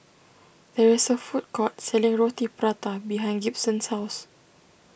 there is a food court selling Roti Prata behind Gibson's house